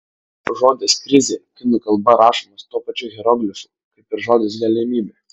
žodis krizė kinų kalba rašomas tuo pačiu hieroglifu kaip ir žodis galimybė